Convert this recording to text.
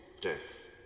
death